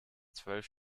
zwölf